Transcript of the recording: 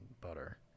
butter